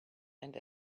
and